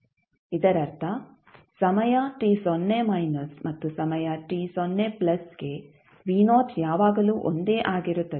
ಇದರರ್ಥ ಸಮಯ t ಸೊನ್ನೆ ಮೈನಸ್ ಮತ್ತು ಸಮಯ t ಸೊನ್ನೆ ಪ್ಲಸ್ಗೆ ಯಾವಾಗಲೂ ಒಂದೇ ಆಗಿರುತ್ತದೆ